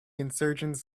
insurgents